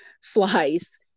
slice